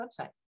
website